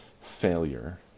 failure